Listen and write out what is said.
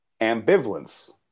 ambivalence